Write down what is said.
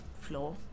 floor